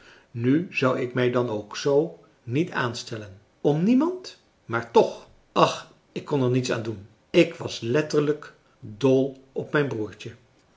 n zou ik mij dan ook zoo niet aanstellen om niemand maar toen ach ik kon er niets aan doen ik was letterlijk dol op mijn broertje